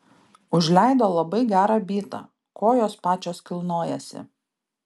užleido labai gerą bytą kojos pačios kilnojasi